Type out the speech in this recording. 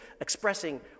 expressing